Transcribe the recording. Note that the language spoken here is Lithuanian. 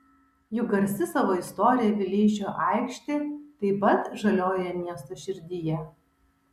juk garsi savo istorija vileišio aikštė taip pat žaliojoje miesto širdyje